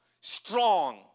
strong